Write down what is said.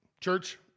church